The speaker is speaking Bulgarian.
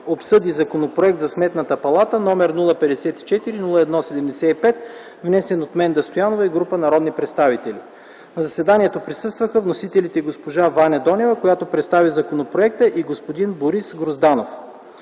обсъди Законопроект за Сметната палата, № 054-01-75, внесен от Менда Кирилова Стоянова и група народни представители. На заседанието присъстваха вносителите – госпожа Ваня Донева, която представи законопроекта, и господин Борис Грозданов.